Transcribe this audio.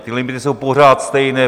Ty limity jsou pořád stejné.